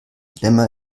dilemma